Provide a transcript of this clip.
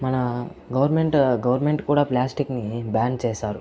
మన government government కూడా plastic ని బ్యాన్ చేశారు